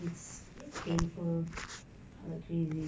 it's painful like crazy